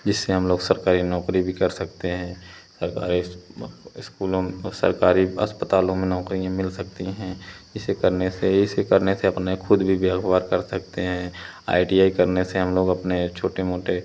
जिससे हम लोग सरकारी नौकरी भी कर सकते हैं सरकारी हमारे स्कूलों में सरकारी अस्पतालों में नौकरियाँ मिल सकती हैं इसे करने से इसे करने से अपना ख़ुद भी व्यवहार कर सकते हैं आई टी आई करने से हम लोग अपने छोटे मोटे